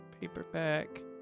Paperback